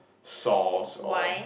sauce or